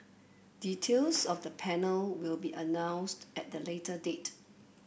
details of the panel will be announced at the later date